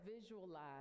visualize